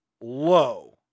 low